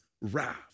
wrath